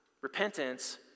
Repentance